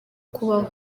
kubaho